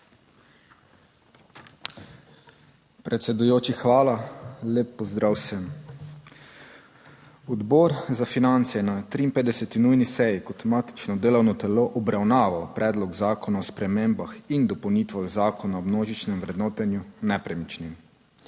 Predsedujoči, hvala. Lep pozdrav vsem! Odbor za finance je na 53. nujni seji kot matično delovno telo obravnaval Predlog zakona o spremembah in dopolnitvah Zakona o množičnem vrednotenju nepremičnin.